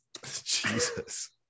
Jesus